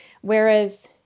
whereas